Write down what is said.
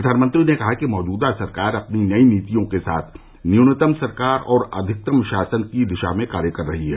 प्रधानमंत्री ने कहा कि मौजूदा सरकार अपनी नई नीतियों के साथ न्यूनतम सरकार और अधिकतम शासन की दिशा में कार्य कर रही है